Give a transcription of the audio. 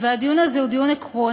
הדיון הזה הוא דיון עקרוני,